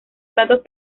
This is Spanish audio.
platos